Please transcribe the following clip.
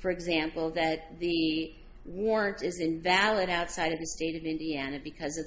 for example that the warrant is invalid outside of the state of indiana because of